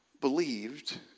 believed